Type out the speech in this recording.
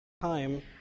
time